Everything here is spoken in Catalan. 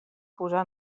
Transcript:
posar